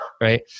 right